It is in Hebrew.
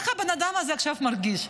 איך הבן אדם הזה עכשיו מרגיש?